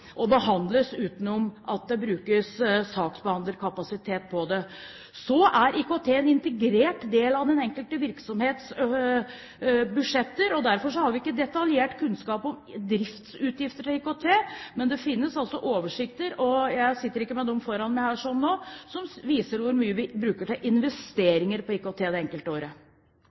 og behandles uten at det brukes saksbehandlerkapasitet på det. IKT er en integrert del av den enkelte virksomhets budsjetter. Derfor har vi ikke detaljert kunnskap om driftsutgifter til IKT, men det finnes altså oversikter – jeg har ikke med dem foran meg her nå – som viser hvor mye vi bruker til IKT-investeringer det enkelte året.